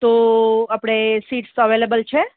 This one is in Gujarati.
તો આપણે સીટ્સ અવેલેબલ છે